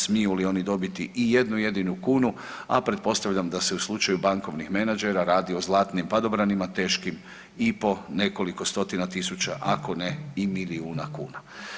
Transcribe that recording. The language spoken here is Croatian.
Smiju li oni dobiti ijednu jedinu kuna, a pretpostavljam da se u slučaju bankovnih menadžera radi o zlatnim padobranima teškim i po nekoliko stotina tisuća ako ne i milijuna kuna.